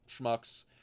schmucks